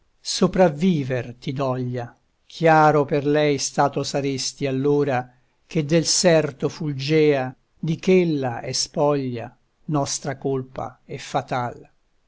sopravviver ti doglia chiaro per lei stato saresti allora che del serto fulgea di ch'ella è spoglia nostra colpa e fatal